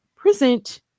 present